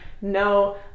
no